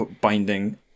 binding